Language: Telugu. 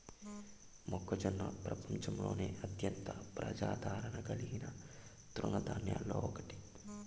మొక్కజొన్న ప్రపంచంలోనే అత్యంత ప్రజాదారణ కలిగిన తృణ ధాన్యాలలో ఒకటి